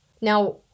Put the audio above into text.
Now